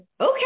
okay